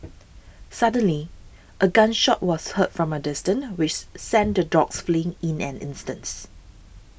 suddenly a gun shot was fired from a distance which sent the dogs fleeing in an instance